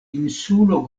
insulo